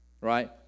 Right